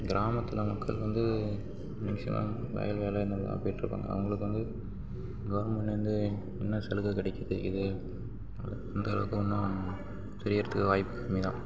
கிராமத்தில் மக்கள் வந்து வயல் வேலை இந்த மாதிரி போய்ட்ருப்பாங்க அவங்களுக்கு வந்து கவுர்மெண்ட்டிலிருந்து என்ன சலுகை கிடைக்குது இது அந்த அளவுக்கு ஒன்றும் செய்கிறதுக்கு வாய்ப்பு கம்மி தான்